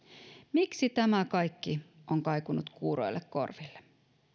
miksi tämä kaikki on kaikunut kuuroille korville